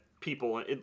people